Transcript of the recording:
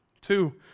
Two